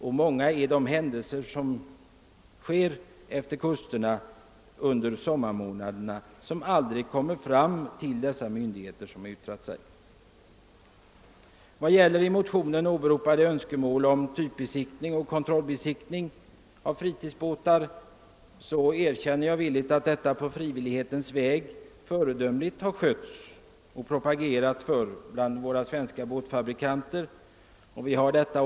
Det inträffar många olyckor längs kusterna under sommarmånaderna som aldrig kommer fram till de myndigheter, vilka yttrat sig i detta fall. I vad gäller i motionen åberopade önskemål om typbesiktning och kontrollbesiktning av fritidsbåtar erkänner jag villigt att detta är något som våra svenska båtfabrikanter på frivillighetens väg föredömligt skött och propagerat för.